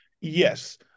Yes